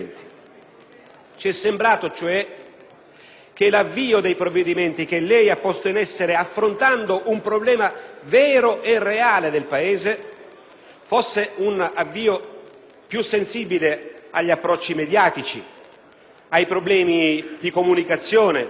Ci è sembrato, cioè, che l'avvio dei provvedimenti che lei ha posto in essere, affrontando un problema vero e reale del Paese, fosse più sensibile agli approcci mediatici, ai problemi di comunicazione;